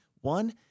One